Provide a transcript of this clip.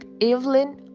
Evelyn